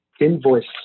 invoice